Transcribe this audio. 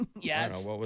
Yes